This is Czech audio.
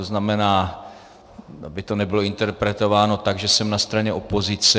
To znamená, aby to nebylo interpretováno tak, že jsem na straně opozice.